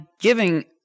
giving